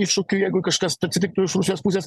iššūkiui jeigu kažkas atsitiktų iš rusijos pusės